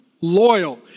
loyal